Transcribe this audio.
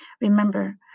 Remember